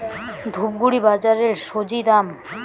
ধূপগুড়ি বাজারের স্বজি দাম?